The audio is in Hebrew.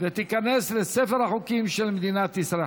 ותיכנס לספר החוקים של מדינת ישראל.